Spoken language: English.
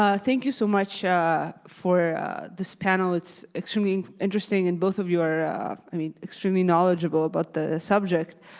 ah thank you so much ah for this panel. it's extremely interesting and both of you are i mean extremely knowledgeable about the subject.